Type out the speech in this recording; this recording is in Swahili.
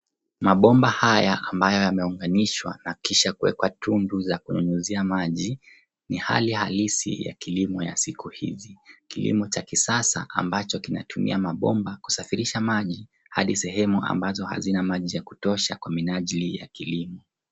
Mabomba haya ambayo yameunganishwa na kisha kuwekwa tundu za kunyunyizia maji, ni hali halisi ya kilimo ya siku hizi. Kilimo cha kisasa ambacho kinatumia mabomba kusafirisha maji hadi sehemu ambazo hazina maji ya kutosha kwa minajili ya kilimo.